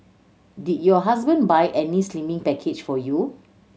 did your husband buy any slimming package for you